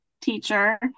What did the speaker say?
teacher